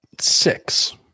Six